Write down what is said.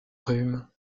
rhume